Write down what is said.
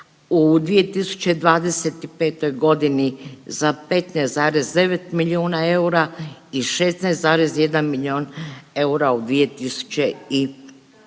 U 2025. godini za 15,9 milijuna eura i 16,1 milijun eura u 2026.